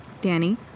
Danny